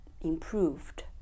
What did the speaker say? improved